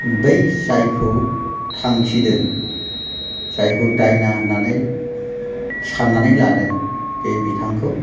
बै जायखौ थांखिदों जायखौ दायना होननानै साननानै लादों बे बिथांखौ